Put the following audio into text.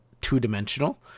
two-dimensional